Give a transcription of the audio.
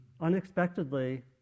unexpectedly